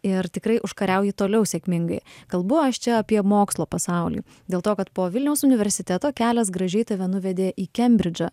ir tikrai užkariauji toliau sėkmingai kalbu aš čia apie mokslo pasaulį dėl to kad po vilniaus universiteto kelias gražiai tave nuvedė į kembridžą